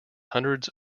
hundreds